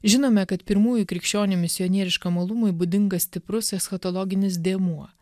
žinome kad pirmųjų krikščionių misionieriškam uolumui būdingas stiprus eschatologinis dėmuo